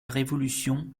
révolution